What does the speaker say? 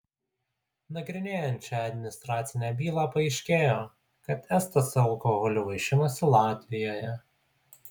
nagrinėjant šią administracinę bylą paaiškėjo kad estas alkoholiu vaišinosi latvijoje